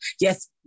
Yes